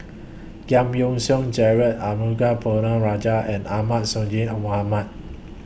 Giam Yean Song Gerald Arumugam Ponnu Rajah and Ahmad Sonhadji A Mohamad